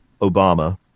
Obama